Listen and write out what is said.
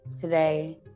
today